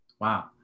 wow